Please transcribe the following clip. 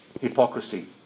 hypocrisy